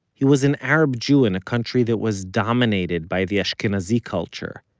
he was an arab jew in a country that was dominated by the ashkenazi culture,